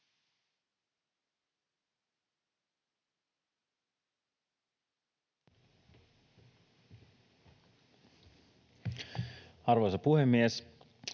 Arvoisa puhemies!